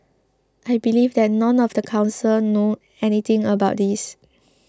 I believe that none of the council know anything about this